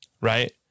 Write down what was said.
Right